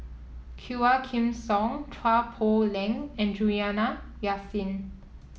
Quah Kim Song Chua Poh Leng and Juliana Yasin